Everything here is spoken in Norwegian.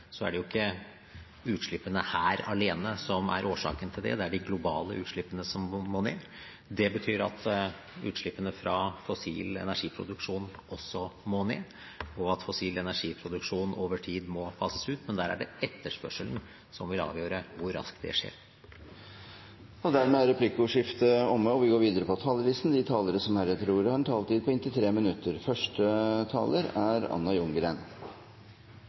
er det ikke utslippene her alene som er årsaken til det – det er de globale utslippene som må ned. Det betyr at utslippene fra fossil energiproduksjon også må ned, og at fossil energiproduksjon over tid må fases ut. Men der er det etterspørselen som vil avgjøre hvor raskt det skjer. Replikkordskiftet er omme. De talere som heretter får ordet, har en taletid på inntil 3 minutter. La meg bare svare ut et par av de kommentarene som er